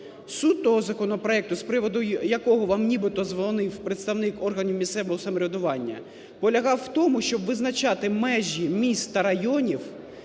Суть того законопроекту, з приводу якого вам нібито дзвонив представник органів місцевого самоврядування, полягав у тому, щоб визначати межі міст та районів,